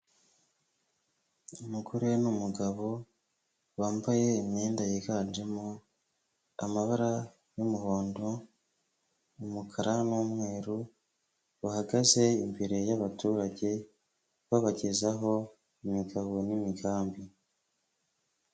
Umugore n'umugabo wambaye imyenda yiganjemo amabara y'umuhondo, umukara n'umweru, bahagaze imbere y'abaturage babagezaho imigabo n'imigambi.